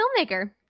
filmmaker